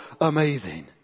amazing